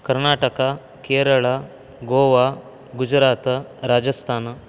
Karnataka Kerala Goa Gujarat Rajasthan